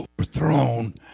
Overthrown